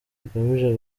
rugamije